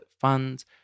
funds